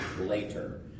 later